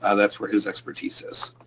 and that's where his expertise is.